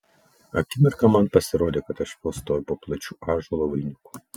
akimirką man pasirodė kad aš vėl stoviu po plačiu ąžuolo vainiku